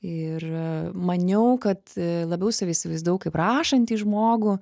ir maniau kad labiau save įsivaizdavau kaip rašantį žmogų